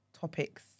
topics